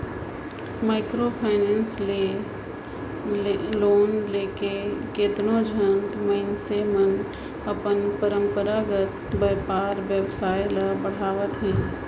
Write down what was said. micro finance ले loan लेके केतनो झन मइनसे मन अपन परंपरागत बयपार बेवसाय ल बढ़ावत अहें